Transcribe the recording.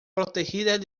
protegidas